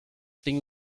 têm